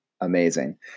Amazing